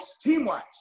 team-wise